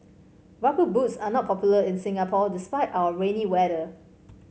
rubber boots are not popular in Singapore despite our rainy weather